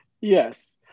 Yes